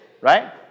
right